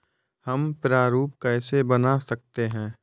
हम प्रारूप कैसे बना सकते हैं?